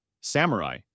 Samurai